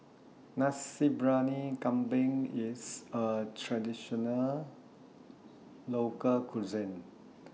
Nasi Briyani Kambing IS A Traditional Local Cuisine